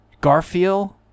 Garfield